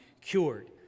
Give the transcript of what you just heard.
cured